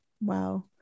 Wow